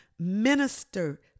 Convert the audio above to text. minister